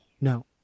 No